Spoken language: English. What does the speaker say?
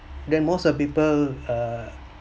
then most of people err